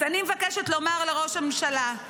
אז אני מבקשת לומר לראש הממשלה: